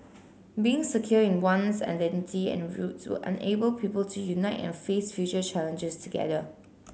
being secure in one's identity and roots will enable people to unite and face future challenges together